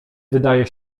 wydaje